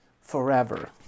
forever